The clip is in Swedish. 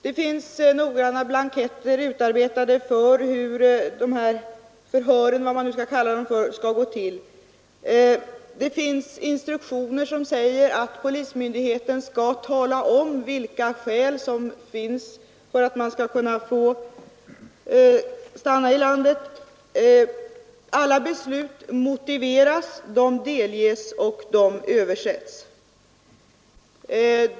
Det finns noggranna blanketter utarbetade för hur förhören — om de skall kallas så — skall genomföras. Det finns instruktioner som säger att polismyndigheten skall ge upplysning om att alla skäl som föreligger för att ifrågavarande person skall kunna få stanna i landet skall redovisas. Alla beslut motiveras, delges och översätts.